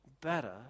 better